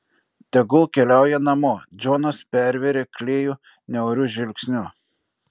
tegul keliauja namo džonas pervėrė klėjų niauriu žvilgsniu